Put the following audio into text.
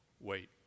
wait